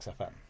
XFM